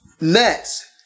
Next